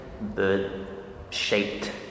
bird-shaped